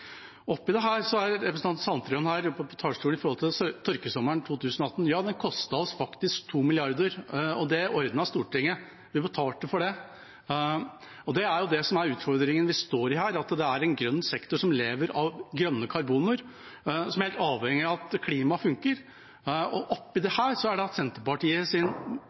Oppi dette var representanten Sandtrøen oppe på talerstolen og snakket om tørkesommeren 2018. Ja, den kostet oss faktisk 2 mrd. kr, og det ordnet Stortinget, vi betalte for det. Det er det som er utfordringen vi står i her, at det er en grønn sektor som lever av grønne karboner, som er helt avhengig av at klimaet funker, og oppi dette er det at Senterpartiets manglende vilje til å bidra blir litt spesiell: Det